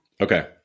okay